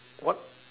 what